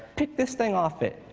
picked this thing off it,